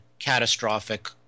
Catastrophic